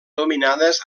dominades